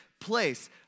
place